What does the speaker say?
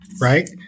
right